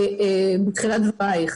בתחילת דבריך.